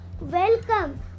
welcome